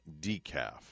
decaf